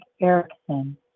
Erickson